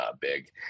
big